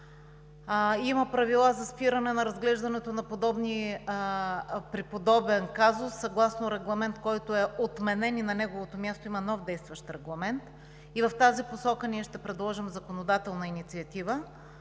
има правила за спиране на разглеждането съгласно регламент, който е отменен, и на неговото място има нов действащ регламент. В тази посока ние ще предложим законодателна инициатива,